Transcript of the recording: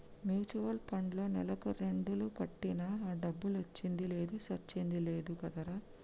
mutual పండ్లో నెలకు రెండేలు కట్టినా ఆ డబ్బులొచ్చింది లేదు సచ్చింది లేదు కదరా